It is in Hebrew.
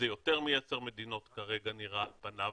זה יותר מ-10 מדינות כרגע, כך נראה על פניו.